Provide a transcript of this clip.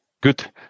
Good